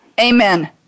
Amen